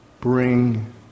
bring